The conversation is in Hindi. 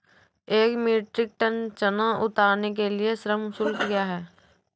एक मीट्रिक टन चना उतारने के लिए श्रम शुल्क क्या है?